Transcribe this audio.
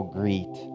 greet